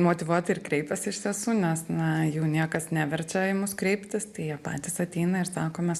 motyvuoti ir kreipiasi iš tiesų nes na jų niekas neverčia į mus kreiptis jie patys ateina ir sako mes